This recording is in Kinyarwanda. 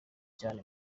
cyane